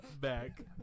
back